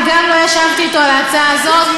אני גם לא ישבתי אתו על ההצעה הזאת.